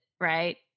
right